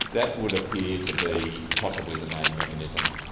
that would appear to be possibly the main mechanism.